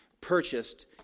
purchased